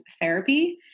therapy